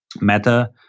meta